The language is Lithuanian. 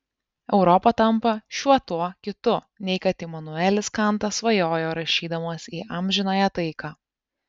europa tampa šiuo tuo kitu nei kad imanuelis kantas svajojo rašydamas į amžinąją taiką